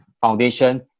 foundation